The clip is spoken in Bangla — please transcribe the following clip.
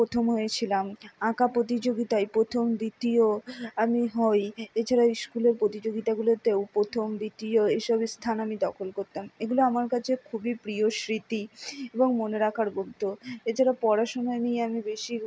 প্রথম হয়েছিলাম আঁকা প্রতিযোগিতায় প্রথম দ্বিতীয় আমি হই এছাড়া স্কুলের প্রতিযোগিতাগুলোতেও প্রথম দ্বিতীয় এই সবই স্থান আমি দখল করতাম এগুলো আমার কাছে খুবই প্রিয় স্মৃতি এবং মনে রাখার মতো এছাড়া পড়াশুনা নিয়ে আমি বেশি